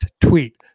tweet